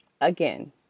Again